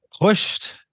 pushed